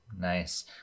nice